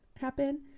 happen